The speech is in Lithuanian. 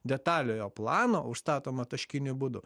detaliojo plano užstatoma taškiniu būdu